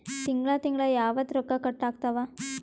ತಿಂಗಳ ತಿಂಗ್ಳ ಯಾವತ್ತ ರೊಕ್ಕ ಕಟ್ ಆಗ್ತಾವ?